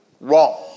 wrong